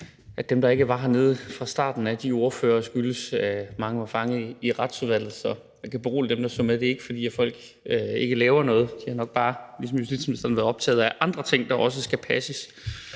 ordførere ikke var hernede fra starten, var, at mange var fanget i Retsudvalget, så jeg kan berolige dem, der ser med, med, at det ikke er, fordi folk ikke laver noget – de har nok bare ligesom justitsministeren været optaget af andre ting, der også skal passes.